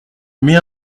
mais